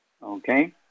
Okay